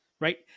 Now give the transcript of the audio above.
Right